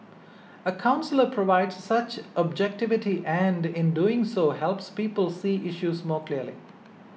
a counsellor provides such objectivity and in doing so helps people see issues more clearly